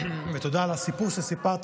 ותודה על הסיפור שסיפרת,